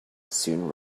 soon